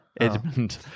Edmund